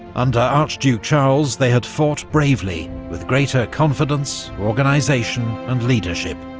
under archduke charles they had fought bravely, with greater confidence, organisation and leadership.